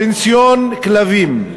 פנסיון כלבים.